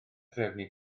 drefnu